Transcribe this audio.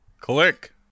Click